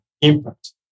impact